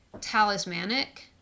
talismanic